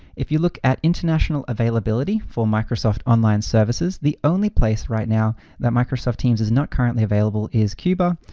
if you look at international availability for microsoft online services, the only place right now that microsoft teams is not currently available is cuba,